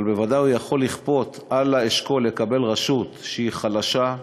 אבל בוודאי הוא יכול לכפות על האשכול לקבל רשות שהיא חלשה,